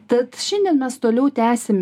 tad šiandien mes toliau tęsim